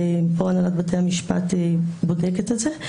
ופה הנהלת בתי המשפט בודקת את זה.